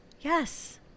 Yes